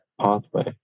pathway